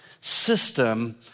system